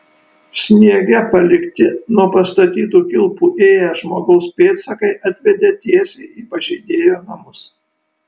sniege palikti nuo pastatytų kilpų ėję žmogaus pėdsakai atvedė tiesiai į pažeidėjo namus